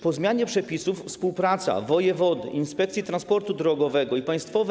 Po zmianie przepisów współpraca wojewody, Inspekcji Transportu Drogowego i Państwowej